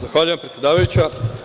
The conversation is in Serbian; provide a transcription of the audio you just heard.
Zahvaljujem, predsedavajuća.